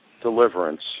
deliverance